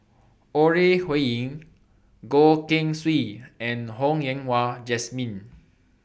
Ore Huiying Goh Keng Swee and Ho Yen Wah Jesmine